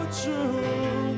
true